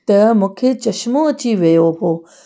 त मूंखे चश्मो अची वियो हुओ